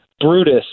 Brutus